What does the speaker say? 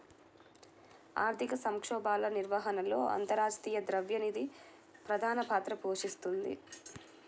ఆర్థిక సంక్షోభాల నిర్వహణలో అంతర్జాతీయ ద్రవ్య నిధి ప్రధాన పాత్ర పోషిస్తోంది